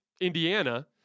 Indiana